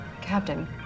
Captain